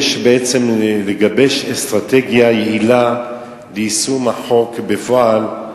יש בעצם לגבש אסטרטגיה יעילה ליישום החוק בפועל,